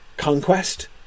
Conquest